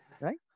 Right